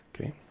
Okay